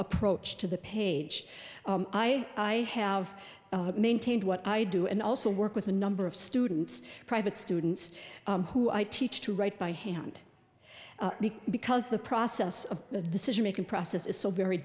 approach to the page i have maintained what i do and also work with a number of students private students who i teach to write by hand because the process of the decision making process is so very